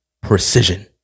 precision